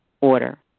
order